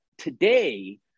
today